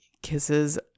kisses